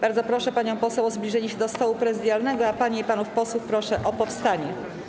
Bardzo proszę panią poseł o zbliżenie się do stołu prezydialnego, a panie i panów posłów proszę o powstanie.